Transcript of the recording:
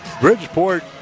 Bridgeport